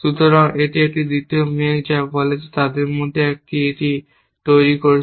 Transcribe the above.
সুতরাং একটি দ্বিতীয় মেঘ যা বলে যে তাদের মধ্যে একটি এটি তৈরি করছে